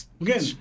Again